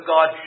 God